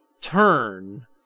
turn